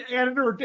editor